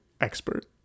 expert